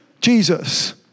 Jesus